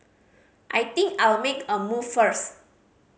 I think I'll make a move first